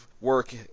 work